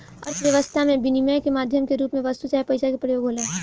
अर्थव्यस्था में बिनिमय के माध्यम के रूप में वस्तु चाहे पईसा के प्रयोग होला